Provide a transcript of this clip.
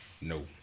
No